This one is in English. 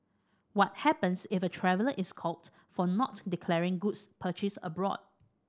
what happens if a traveller is caught for not declaring goods purchased abroad